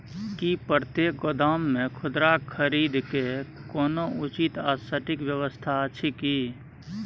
की प्रतेक गोदाम मे खुदरा खरीद के कोनो उचित आ सटिक व्यवस्था अछि की?